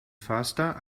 faster